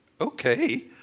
okay